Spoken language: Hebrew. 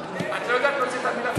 את לא יודעת להוציא את המילה ---?